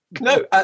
No